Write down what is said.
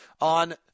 on